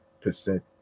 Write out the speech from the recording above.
percent